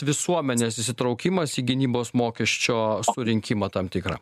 visuomenės įsitraukimas į gynybos mokesčio surinkimą tam tikrą